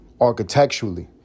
architecturally